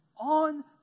on